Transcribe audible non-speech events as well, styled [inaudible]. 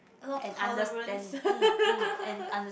a lot of tolerance [laughs]